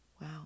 Wow